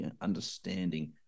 understanding